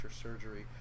surgery